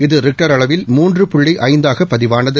இது ரிக்டர் அளவில் மூன்று புள்ளி ஐந்தாக பதிவானது